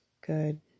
good